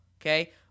okay